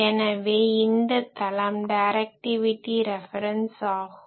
எனவே இந்த தளம் டைரக்டிவிட்டி ரெபரன்ஸ் ஆகும்